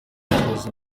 y’ubucuruzi